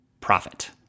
profit